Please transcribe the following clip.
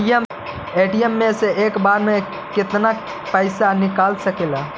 ATM से एक बार मे केत्ना पैसा निकल सकली हे?